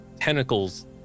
tentacles